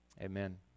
amen